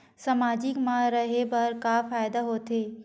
सामाजिक मा रहे बार का फ़ायदा होथे?